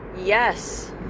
Yes